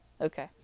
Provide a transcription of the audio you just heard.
Okay